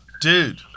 dude